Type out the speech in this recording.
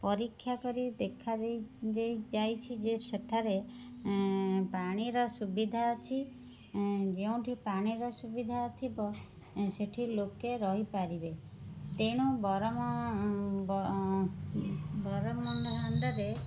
ପରୀକ୍ଷା କରି ଦେଖା ଯାଇଛି ଯେ ସେଠାରେ ପାଣିର ସୁବିଧା ଅଛି ଯେଉଁଠି ପାଣିର ସୁବିଧା ଥିବ ସେଠି ଲୋକେ ରହିପାରିବେ ତେଣୁ